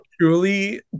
truly